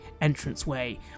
entranceway